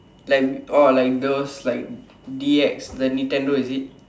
like orh like those like D X the Nintendo is it